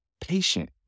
patient